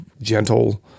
gentle